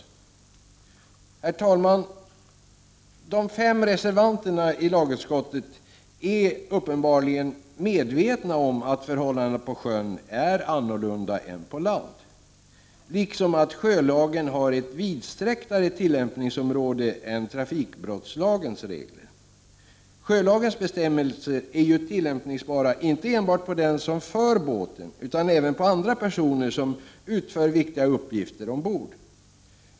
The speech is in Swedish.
Herr talman! De fem reservanterna är uppenbarligen medvetna om att förhållandena är annorlunda på sjön än på land liksom om att sjölagen har ett vidsträcktare tillämpningsområde än trafikbrottslagens regler. Sjölagens bestämmelser är ju tillämpningsbara inte enbart på den som för båten utan även på andra personer som utför viktiga uppgifter ombord.